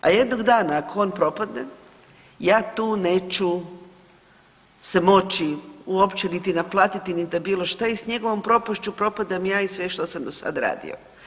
A jednog dana ako on propadne ja tu neću se moći uopće niti naplatiti niti bilo šta i sa njegovom propašću propadam i ja i sve što sam do sad radio.